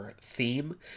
theme